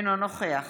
אינו נוכח